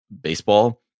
baseball